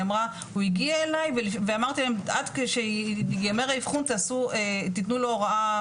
היא אמרה "הוא הגיע אליי ואמרתי להם עד שיגמר האבחון תתנו לו הוראה"